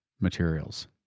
materials